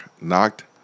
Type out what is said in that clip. knocked